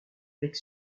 avec